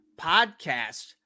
Podcast